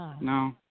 no